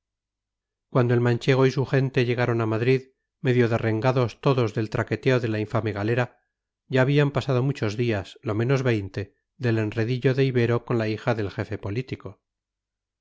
cuando el manchego y su gente llegaron a madrid medio derrengados todos del traqueteo de la infame galera ya habían pasado muchos días lo menos veinte del enredillo de ibero con la hija del jefe político